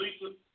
Lisa